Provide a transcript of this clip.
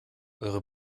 eure